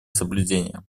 соблюдения